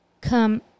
come